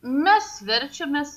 mes verčiamės